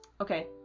okay